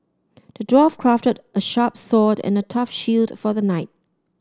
the dwarf crafted a sharp sword and a tough shield for the knight